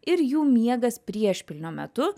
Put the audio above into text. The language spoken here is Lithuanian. ir jų miegas priešpilnio metu